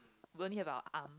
we only have our arm